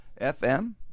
FM